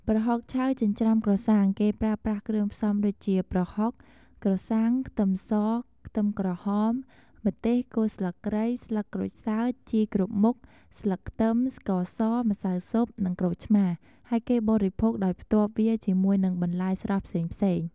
ប្រហុកឆៅចិញ្ច្រាំក្រសាំង គេប្រើប្រាស់គ្រឿងផ្សំដូចជា ប្រហុក ក្រសាំង ខ្ទឹមស ខ្ទឹមក្រហម ម្ទេស គល់ស្លឹកគ្រៃ ស្លឹកក្រូចសើច ជីគ្រប់មុខ ស្លឹកខ្ទឹម ស្ករស ម្សៅស៊ុប និងក្រូចឆ្មារ ហើយគេបរិភោគដោយផ្ទាប់វាជាមួយនិងបន្លែស្រស់ផ្សេងៗ។